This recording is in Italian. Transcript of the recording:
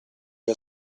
gli